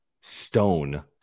Stone